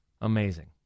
Amazing